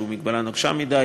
שזו הגבלה נוקשה מדי,